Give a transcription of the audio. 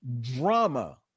drama